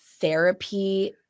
therapy